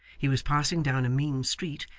he was passing down a mean street,